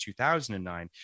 2009